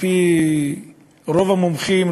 על-פי רוב המומחים,